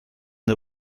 der